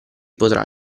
potrà